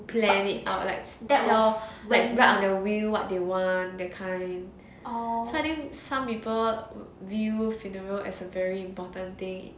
plan it out like cause write on the will what they want that kind so I think some people view funeral as a very important thing